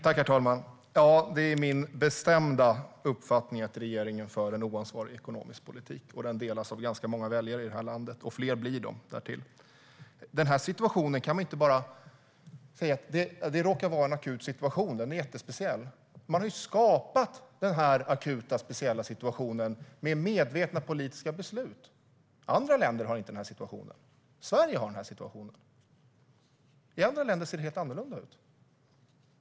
Herr talman! Det är min bestämda uppfattning att regeringen för en oansvarig ekonomisk politik. Den uppfattningen delas av ganska många väljare i det här landet, och fler blir de. Man kan inte bara säga att den här situationen är akut och jättespeciell. Man har ju skapat den här akuta och speciella situationen med medvetna politiska beslut. Andra länder har inte den här situationen; Sverige har den här situationen. I andra länder ser det helt annorlunda ut.